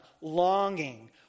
longing